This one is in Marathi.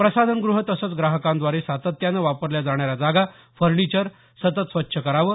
प्रसाधनगृह तसंच ग्राहकांद्वारे सातत्यानं वापरल्या जाणाऱ्या जागा फर्नीचर सतत स्वच्छ करावं